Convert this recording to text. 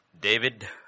David